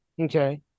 Okay